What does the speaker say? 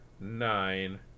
nine